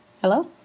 hello